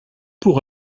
pour